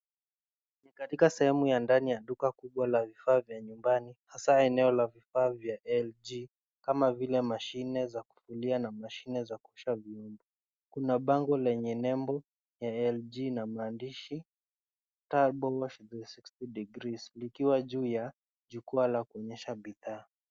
Katika sehemu ya ndani ya duka kubwa la vifaa vya nyumbani hasaa eneo la vifaa vya LG kama vile mashine za kufulia na mashine za kuosha vyombo. Kuna bango lenye nembo ya LG na maandishi TurboWash™360˚ likiwa juu ya jukwaa la kuoyesha bidhaa.